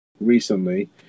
recently